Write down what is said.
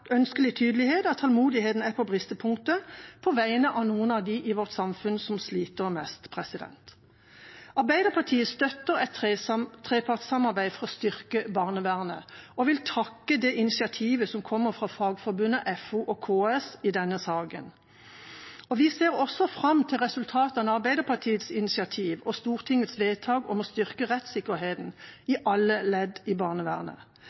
ønskelig tydelighet at tålmodigheten er på bristepunktet på vegne av noen av dem i vårt samfunn som sliter mest. Arbeiderpartiet støtter et trepartssamarbeid for å styrke barnevernet og vil takke for det initiativet som kommer fra Fagforbundet, FO og KS i denne saken. Vi ser også fram til resultatene av Arbeiderpartiets initiativ og Stortingets vedtak om å styrke rettssikkerheten i alle ledd i barnevernet.